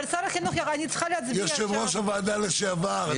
אבל אני צריכה להצביע -- יושב-ראש הוועדה לשעבר.